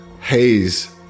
haze